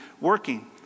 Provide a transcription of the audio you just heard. working